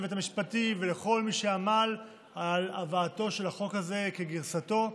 לצוות המשפטי ולכל מי שעמל על הבאתו של החוק הזה כגרסתו,